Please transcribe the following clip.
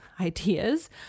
ideas